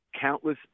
countless